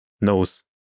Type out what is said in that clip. knows